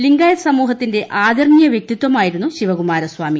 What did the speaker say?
ലിംഗായത്ത് സമൂഹത്തിന്റെ ആദരീണ വ്യക്തിത്വമായിരുന്നു ശിവകുമാര സ്വാമി